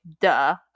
duh